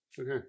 Okay